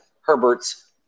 Herbert's